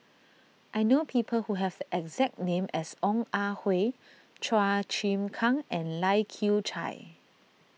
I know people who have the exact name as Ong Ah Hoi Chua Chim Kang and Lai Kew Chai